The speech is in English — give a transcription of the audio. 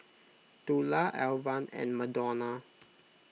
Tula Alvan and Madonna